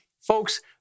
Folks